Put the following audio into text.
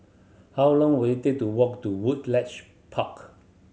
how long will it take to walk to Woodleigh Park